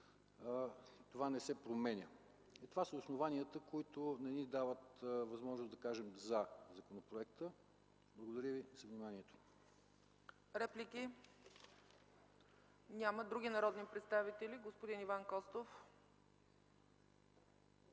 това не се променя. Това са основанията, които не ни дават възможност да кажем „за” законопроекта. Благодаря за вниманието. ПРЕДСЕДАТЕЛ ЦЕЦКА ЦАЧЕВА: Реплики? Няма. Други народни представители? Господин Иван Костов,